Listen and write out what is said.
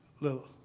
Little